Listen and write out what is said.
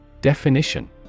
Definition